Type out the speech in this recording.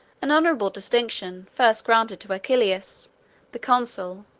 an honorable distinction, first granted to acilius the consul,